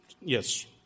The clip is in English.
yes